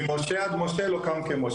ממשה עד משה לא קם כמשה.